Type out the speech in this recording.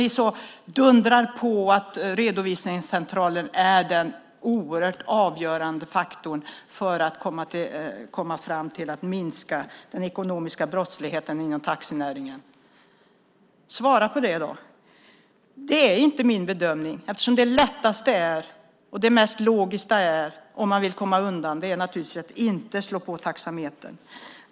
Ni dundrar på om att redovisningscentraler är den oerhört avgörande faktorn för att minska den ekonomiska brottsligheten inom taxinäringen. Svara på det! Det är inte min bedömning. Det lättaste och mest logiska om man vill komma undan är naturligtvis att inte slå på taxametern.